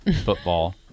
football